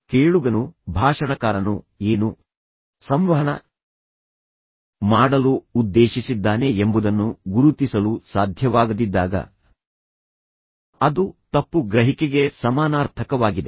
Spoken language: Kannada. ಕೇಳುಗನು ಭಾಷಣಕಾರನು ಏನು ಸಂವಹನ ಮಾಡಲು ಉದ್ದೇಶಿಸಿದ್ದಾನೆ ಎಂಬುದನ್ನು ಗುರುತಿಸಲು ಸಾಧ್ಯವಾಗದಿದ್ದಾಗ ಅದು ತಪ್ಪು ಗ್ರಹಿಕೆಗೆ ಸಮಾನಾರ್ಥಕವಾಗಿದೆ